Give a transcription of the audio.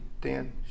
Dan